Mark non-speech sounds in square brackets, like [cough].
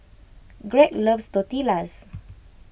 [noise] Gregg loves Tortillas [noise]